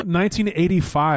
1985